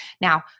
Now